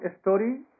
story